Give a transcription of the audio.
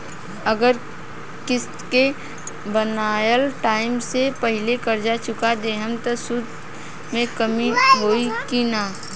अगर किश्त के बनहाएल टाइम से पहिले कर्जा चुका दहम त सूद मे कमी होई की ना?